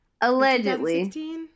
allegedly